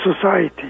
society